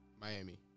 Miami